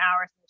hours